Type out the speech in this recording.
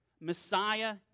Messiah